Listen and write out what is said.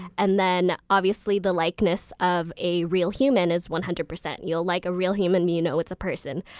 and then, obviously, the likeness of a real human is one hundred percent. you'll like a real human. you know it's a person.